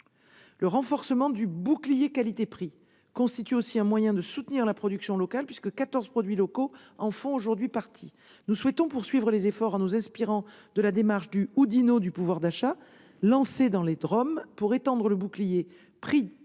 Le renforcement du bouclier qualité-prix constitue aussi un moyen de soutenir la production locale, puisque 14 produits locaux en font aujourd'hui partie. Nous souhaitons poursuivre ces efforts en nous inspirant de la démarche du « Oudinot du pouvoir d'achat », lancée dans les départements et régions